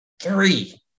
three